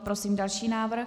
Prosím další návrh.